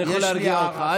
אני יכול להרגיע אותך.